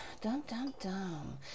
dum-dum-dum